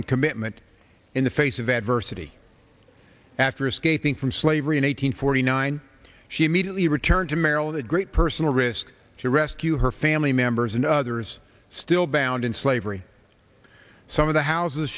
and commitment in the face of adversity after escaping from slavery one hundred forty nine she immediately returned to maryland at great personal risk to rescue her family members and others still bound in slavery some of the houses